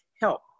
help